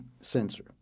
sensor